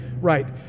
right